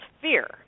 fear